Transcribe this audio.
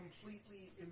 completely